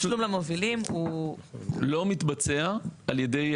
לא מתבצע על ידי